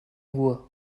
ruhe